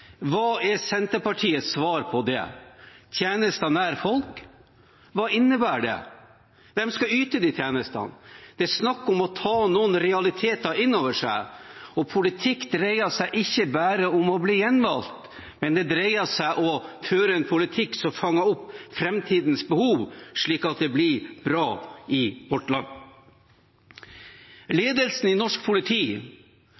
hva er Senterpartiets svar på det? «Tjenester nær folk» – hva innebærer det? Hvem skal yte de tjenestene? Det er snakk om å ta noen realiteter inn over seg. Politikk dreier seg ikke bare om å bli gjenvalgt – det dreier seg også om å føre en politikk som fanger opp framtidens behov, slik at det blir bra i landet vårt.